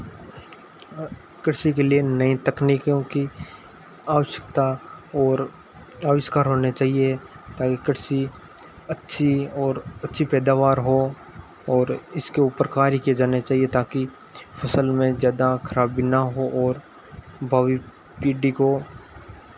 आ कृषि के लिए नई तकनीकियों की आवश्यकता और आविष्कार होने चाहिए ताकि कृषि अच्छी और अच्छी पैदावार हो और इसके ऊपर कार्य किए जाने चाहिए ताकि फसल में ज़्यादा खराबी ना हो और भावी पीढ़ी को